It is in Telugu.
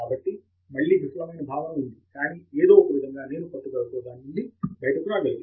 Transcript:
కాబట్టి మళ్ళీ విఫలమైన భావన ఉంది కానీ ఏదో ఒక విధంగా నేను పట్టుదలతో దాని నుండి బయటకు రాగలిగాను